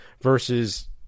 versus